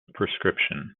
prescription